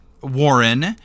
warren